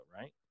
right